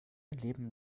leben